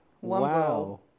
wow